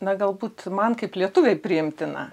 na galbūt man kaip lietuvei priimtina